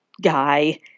guy